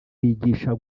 bigisha